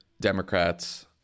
Democrats